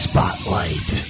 Spotlight